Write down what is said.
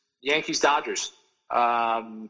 Yankees-Dodgers